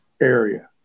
area